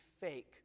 fake